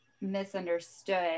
misunderstood